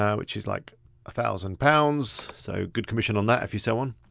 yeah which is like a thousand pounds. so good commission on that if you sell one.